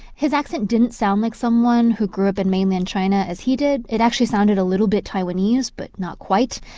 his accent didn't sound like someone who grew up in mainland china as he did. it actually sounded a little bit taiwanese but not quite.